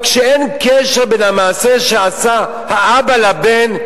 אבל כשאין קשר בין המעשה שעשה האבא לבן,